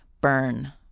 burn